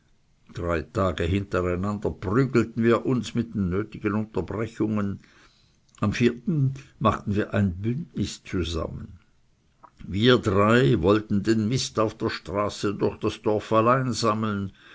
drei tage hintereinander prügelten wir uns mit den nötigen unterbrechungen am vierten machten wir ein bündnis zusammen wir drei wollten den mist auf der straße durch das dorf allein sammeln